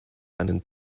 einen